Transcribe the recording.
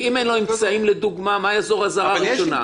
אם אין לו אמצעים, מה תעזור אזהרה ראשונה?